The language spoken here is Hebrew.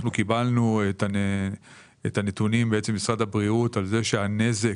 ברגע שקיבלנו את הנתונים ממשרד הבריאות על זה שהנזק